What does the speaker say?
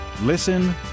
Listen